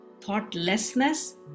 thoughtlessness